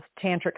tantric